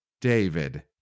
David